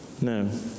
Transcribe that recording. No